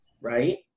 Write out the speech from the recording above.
right